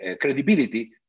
credibility